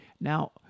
Now